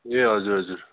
ए हजुर हजुर